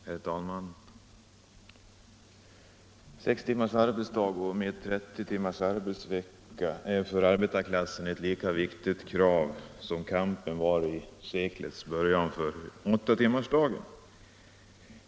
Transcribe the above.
Herr talman! Sex timmars arbetsdag med 30 timmars arbetsvecka är för arbetarklassen ett lika viktigt krav som det som låg bakom kampen vid seklets början för åttatimmarsdagen.